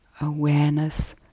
Awareness